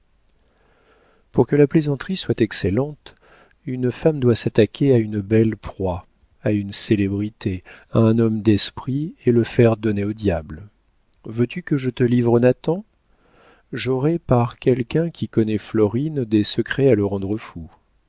pour que la plaisanterie soit excellente une femme doit s'attaquer à une belle proie à une célébrité à un homme d'esprit et le faire donner au diable veux-tu que je te livre nathan j'aurai par quelqu'un qui connaît florine des secrets à le rendre fou